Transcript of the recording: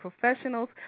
professionals